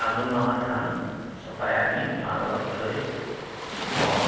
আঘোণ মাহত ধান চপাই আনি ভঁৰালত থৈ থওঁ